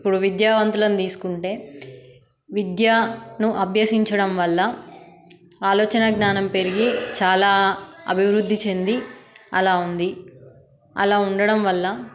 ఇప్పుడు విద్యావంతులను తీసుకుంటే విద్యను అభ్యసించడం వల్ల ఆలోచన జ్ఞానం పెరిగి చాలా అభివృద్ధి చెంది అలా ఉంది అలా ఉండడం వల్ల